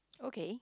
okay